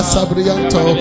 Sabrianto